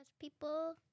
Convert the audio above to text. people